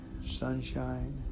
sunshine